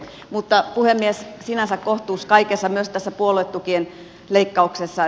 mutta puhemies sinänsä kohtuus kaikessa myös tässä puoluetukien leikkauksessa